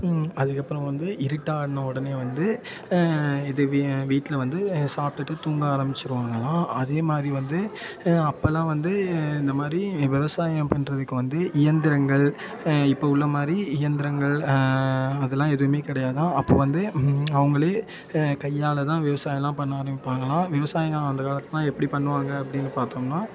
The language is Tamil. அதுக்கப்புறம் வந்து இருட்டான உடனே வந்து இது வீ வீட்டில் வந்து சாப்பிட்டுட்டு தூங்க ஆரம்பிச்சிடுவாங்களாம் அதே மாதிரி வந்து அப்போல்லாம் வந்து இந்த மாதிரி விவசாயம் பண்ணுறதுக்கு வந்து இயந்திரங்கள் இப்போ உள்ள மாதிரி இயந்திரங்கள் அதெல்லாம் எதுவுமே கெடையாதாம் அப்போ வந்து அவங்களே கையால் தான் விவசாயம்லாம் பண்ண ஆரம்பிப்பாங்களாம் விவசாயம் அந்த காலத்திலலாம் எப்படி பண்ணுவாங்க அப்டின்னு பார்த்தோம்னா